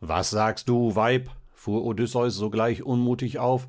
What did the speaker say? was sagst du weib fuhr odysseus sogleich unmutig auf